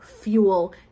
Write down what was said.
fuel